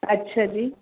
ਅੱਛਾ ਜੀ